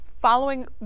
following